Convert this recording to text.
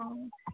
ହଁ